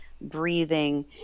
breathing